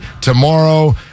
tomorrow